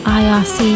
irc